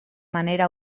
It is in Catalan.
manera